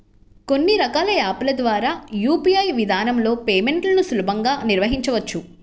కొన్ని రకాల యాప్ ల ద్వారా యూ.పీ.ఐ విధానంలో పేమెంట్లను సులభంగా నిర్వహించవచ్చు